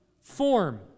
form